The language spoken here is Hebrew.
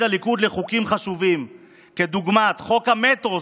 הליכוד לחוקים חשובים כדוגמת חוק המטרו.